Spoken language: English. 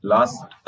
Last